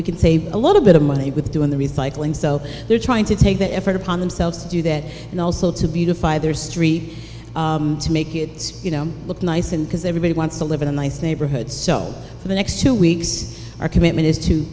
we can save a little bit of money with doing the recycling so they're trying to take the effort upon themselves to do that and also to be defy their street to make it you know look nice and because everybody wants to live in a nice neighborhood so for the next two weeks our commitment is to